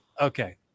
okay